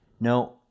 No